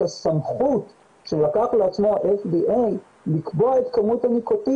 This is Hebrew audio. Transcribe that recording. הסמכות שלקח לעצמו ה-FDA לקבוע את כמות הניקוטין,